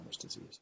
disease